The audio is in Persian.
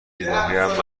ایدههایم